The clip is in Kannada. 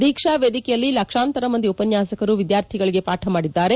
ದೀಕ್ಷಾ ವೇದಿಕೆಯಲ್ಲಿ ಲಕ್ಷಾಂತರ ಮಂದಿ ಉಪನ್ನಾಸಕರು ವಿದ್ಯಾರ್ಥಿಗಳಿಗೆ ಪಾಠ ಮಾಡಿದ್ದಾರೆ